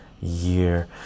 year